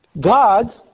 God